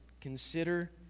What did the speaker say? Consider